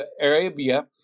arabia